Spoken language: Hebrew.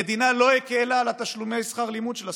המדינה לא הקלה על תשלומי שכר הלימוד של הסטודנטים,